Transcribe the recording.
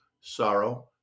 sorrow